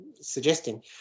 suggesting